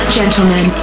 gentlemen